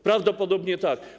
Prawdopodobnie tak.